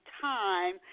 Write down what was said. time